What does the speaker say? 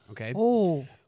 okay